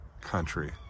country